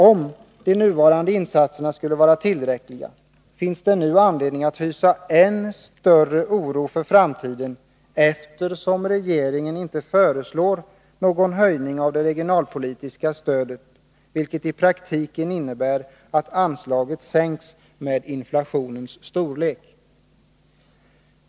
Om de nuvarande insatserna skulle vara tillräckliga, finns det nu anledning att hysa än större oro för framtiden, eftersom regeringen inte föreslår någon höjning av det regionalpolitiska stödet, vilket i praktiken innebär att anslaget sänks med inflationens storlek.